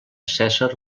cèsar